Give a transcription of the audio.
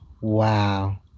Wow